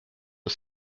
are